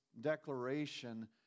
declaration